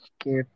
Okay